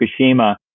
Fukushima